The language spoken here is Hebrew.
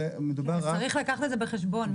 צריך לקחת את זה בחשבון.